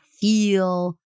feel